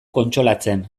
kontsolatzen